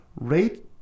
Rate